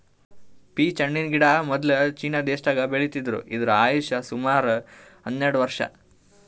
peach ಹಣ್ಣಿನ್ ಗಿಡ ಮೊದ್ಲ ಚೀನಾ ದೇಶದಾಗ್ ಬೆಳಿತಿದ್ರು ಇದ್ರ್ ಆಯುಷ್ ಸುಮಾರ್ ಹನ್ನೆರಡ್ ವರ್ಷ್